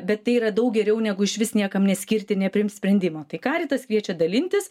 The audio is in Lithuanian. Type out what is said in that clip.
bet tai yra daug geriau negu išvis niekam neskirti nepriimti sprendimo tai karitas kviečia dalintis